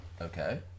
Okay